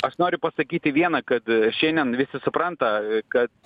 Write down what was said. aš noriu pasakyti viena kad šiandien visi supranta kad